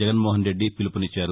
జగన్మోహన్రెడ్డి పిలుపునిచ్చారు